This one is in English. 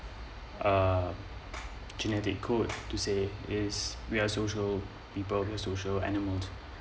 uh genetic code to say is we're social people we're social animals